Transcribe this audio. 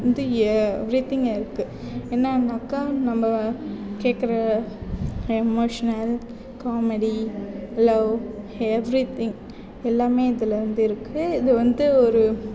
வந்து ஏ எவெரிதிங் இருக்குது என்னெனாக்கா நம்ம கேட்குற எமோஷ்னல் காமெடி லவ் எவெரிதிங் எல்லாமே இதில் வந்து இருக்குது இது வந்து ஒரு